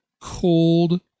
cold